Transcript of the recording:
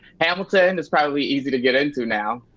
hamilton and is probably easy to get into now.